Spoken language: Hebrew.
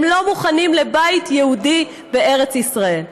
הם לא מוכנים לבית יהודי בארץ ישראל.